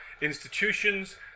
institutions